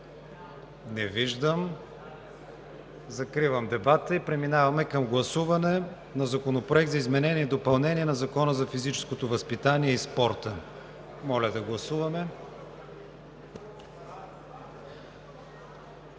Не виждам. Закривам дебата и преминаваме към гласуване на Законопроекта за изменение и допълнение на Закона за физическото възпитание и спорта. Гласували